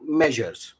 measures